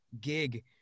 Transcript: gig